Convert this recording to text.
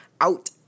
Out